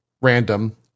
random